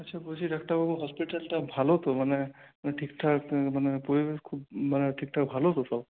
আচ্ছা বলছি ডাক্তারবাবু হসপিটালটা ভালো তো মানে ঠিকঠাক মানে পরিবেশ খুব মানে ঠিকঠাক ভালো তো সব